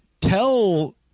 Tell